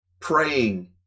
praying